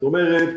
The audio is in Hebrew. זאת אומרת,